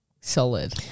Solid